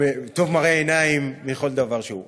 טוב מראה עיניים מכל דבר שהוא,